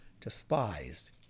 despised